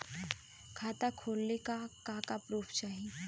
खाता खोलले का का प्रूफ चाही?